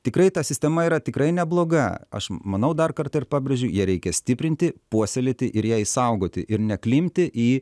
tikrai ta sistema yra tikrai nebloga aš manau dar kartą ir pabrėžiu ją reikia stiprinti puoselėti ir ją išsaugoti ir neklimpti į